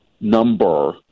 number